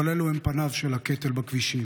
אבל אלו הם פניו של הקטל בכבישים.